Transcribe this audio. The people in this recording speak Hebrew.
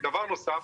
דבר נוסף,